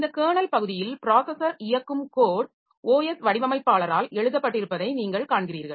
இந்த கெர்னல் பகுதியில் ப்ராஸஸர் இயக்கும் கோட் OS வடிவமைப்பாளரால் எழுதப்பட்டிருப்பதை நீங்கள் காண்கிறீர்கள்